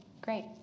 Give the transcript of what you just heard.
great